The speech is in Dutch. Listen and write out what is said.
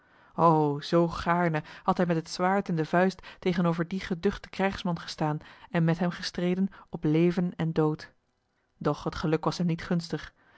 zoo gaarne had hij met het zwaard in de vuist tegenover dien geduchten krijgsman gestaan en met hem gestreden op leven en dood doch het geluk was hem niet gunstig